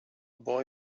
boy